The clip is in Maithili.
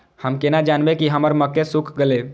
हम केना जानबे की हमर मक्के सुख गले?